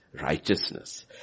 righteousness